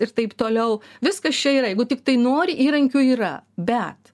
ir taip toliau viskas čia yra jeigu tiktai nori įrankių yra bet